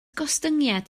gostyngiad